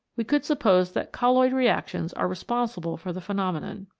we could suppose that colloid reactions are re sponsible for the phenomenon.